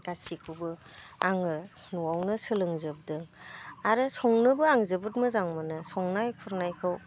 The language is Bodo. गासिखौबो आङो न'आवनो सोलोंजोबदों आरो संनोबो आं जोबोद मोजां मोनो संनाय खुरनायखौ